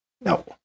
No